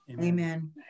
Amen